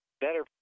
better